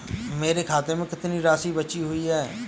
मेरे खाते में कितनी राशि बची हुई है?